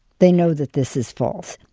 they know that this is false.